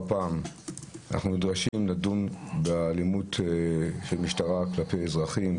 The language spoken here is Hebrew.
פעם אנחנו נדרשים לדון באלימות של משטרה כלפי אזרחים,